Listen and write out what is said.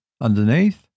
underneath